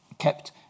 kept